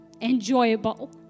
enjoyable